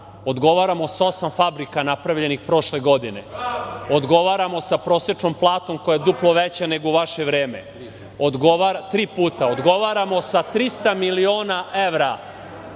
odgovaramo sa osam fabrika napravljenih prošle godine, odgovaramo sa prosečnom platom koja je duplo veća nego u vaše vreme, tri puta, odgovaramo sa 300 miliona evra